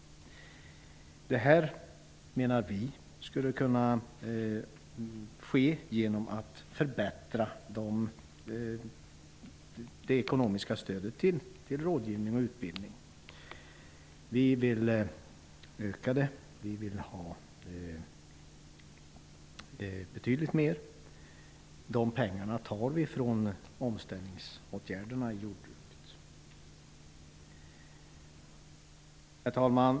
Det skulle kunna ske genom att man förbättrar det ekonomiska stödet till rådgivning och utbildning. Vänsterpartiet vill öka det betydligt. Pengarna får vi genom omställningsåtgärderna i jordbruket. Herr talman!